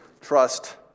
trust